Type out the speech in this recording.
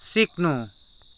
सिक्नु